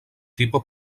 tipo